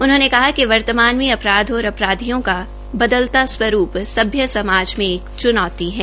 उन्होंने कहा कि वर्तमान में अपराध और अपराधियों का बदलता स्वरूप सभ्य समाज में एक चूनौती है